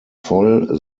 voll